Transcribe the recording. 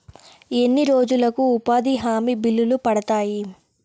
ఎన్ని రోజులకు ఉపాధి హామీ బిల్లులు పడతాయి?